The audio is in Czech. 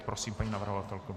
Prosím, paní navrhovatelko.